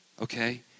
Okay